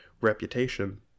reputation